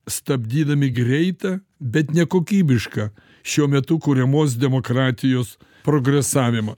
stabdydami greitą bet nekokybišką šiuo metu kuriamos demokratijos progresavimą